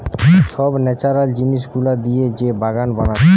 সব ন্যাচারাল জিনিস গুলা দিয়ে যে বাগান বানাচ্ছে